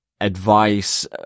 advice